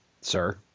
Sir